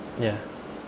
ya